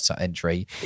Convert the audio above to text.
entry